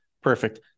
perfect